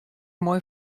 moai